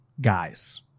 guys